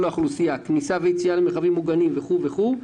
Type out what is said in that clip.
האוכלוסייה על כניסה ויציאה למרחבים מוגנים וכולי.